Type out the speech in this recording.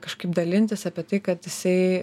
kažkaip dalintis apie tai kad jisai